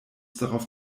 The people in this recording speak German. drauf